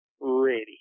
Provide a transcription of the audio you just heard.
ready